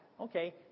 Okay